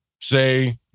say